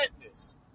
witness